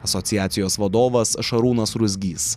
asociacijos vadovas šarūnas ruzgys